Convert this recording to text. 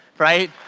right?